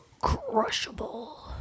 Crushable